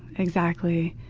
exactly.